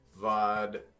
Vod